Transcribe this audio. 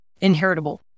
inheritable